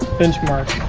benchmark